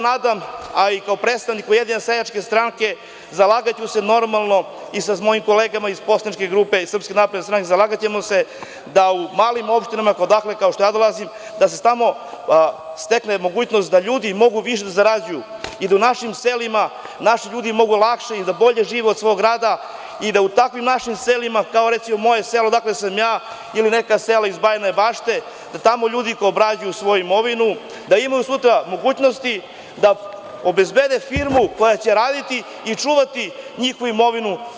Nadam se a i kao predstavnik Ujedinjene seljačke stranke zalagaću se i sa mojim kolegama iz poslaničke grupe SNS, zalagaćemo se da u malim opštinama, kao što ja dolazim, da se tamo stekne mogućnost da ljudi mogu više da zarađuju i da u našim selima naši ljudi mogu lakše i da bolje žive od svog rada i da u takvim našim selima, kao recimo moje selo odakle sam ja ili neka sela iz Bajine Bašte, da tamo ljudi obrađuju svoju imovinu, da imaju sutra mogućnosti da obezbede firmu koja će raditi i čuvati njihovu imovinu.